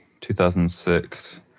2006